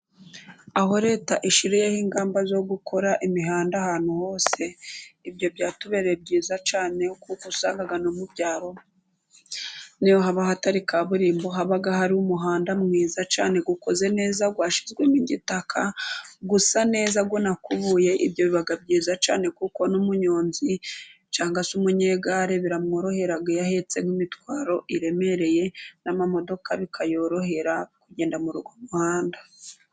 Aho Leta ishiriyeho ingamba zo gukora imihanda ahantu hose, byatubereye byiza cyane, kuko usanga mu byaro iyo haba hatari kaburimbo, haba hari umuhanda mwiza cyane ukoze neza washyizwemo igitaka usa neza, ubwo ntakavuyo biba byiza cyane kuko n'umuyonzi cyangwa se umunyegare biramworohera iyo ahetse nk'imitwaro iremereye, n'amamodoka bikayorohera kugenda muri uwo muhanda.